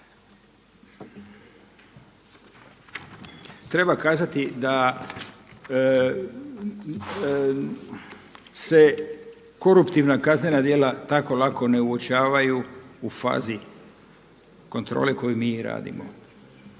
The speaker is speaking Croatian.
Treba kazati da se koruptivna kaznena djela tako lako ne uočavaju u fazi kontrole koju mi radimo.